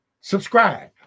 Subscribe